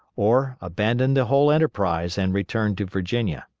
or abandon the whole enterprise and return to virginia.